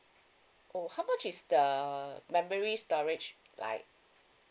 oh how much is the memory storage like